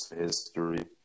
history